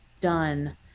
done